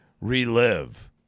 relive